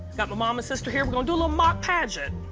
got my mom and sister here. we're gonna do a little mock pageant.